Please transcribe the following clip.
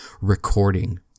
recording